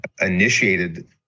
initiated